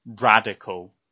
radical